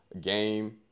game